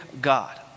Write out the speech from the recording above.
God